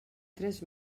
tres